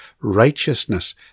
righteousness